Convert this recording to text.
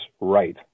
right